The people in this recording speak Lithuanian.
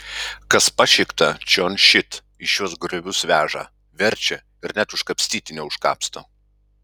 kas pašikta čion šit į šiuos griovius veža verčia ir net užkapstyti neužkapsto